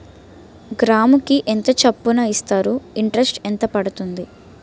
గ్రాముకి ఎంత చప్పున ఇస్తారు? ఇంటరెస్ట్ ఎంత పడుతుంది?